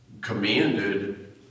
commanded